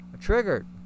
triggered